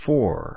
Four